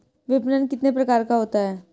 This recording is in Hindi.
विपणन कितने प्रकार का होता है?